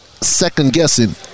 second-guessing